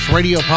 Radio